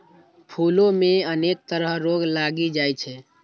फूलो मे अनेक तरह रोग लागि जाइ छै